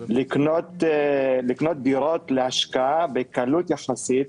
לקנות דירות להשקעה בקלות יחסית,